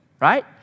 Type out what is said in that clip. right